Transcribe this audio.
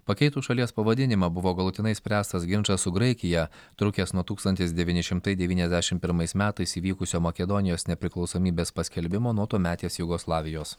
pakeitus šalies pavadinimą buvo galutinai išspręstas ginčas su graikija trukęs nuo tūkstantis devyni šimtai devyniasdešim pirmais metais įvykusio makedonijos nepriklausomybės paskelbimo nuo tuometės jugoslavijos